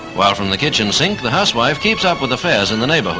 while from the kitchen sink the housewife keeps up with affairs in the